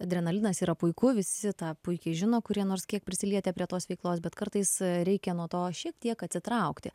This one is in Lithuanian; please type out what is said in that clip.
adrenalinas yra puiku visi tą puikiai žino kurie nors kiek prisilietę prie tos veiklos bet kartais reikia nuo to šiek tiek atsitraukti